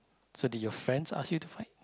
so did your friends ask you to fight